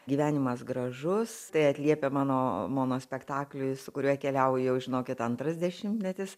gyvenimas gražus tai atliepia mano monospektakliui su kuriuo keliauju jau žinokit antras dešimtmetis